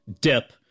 dip